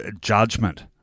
judgment